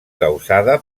causada